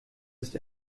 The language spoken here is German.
ist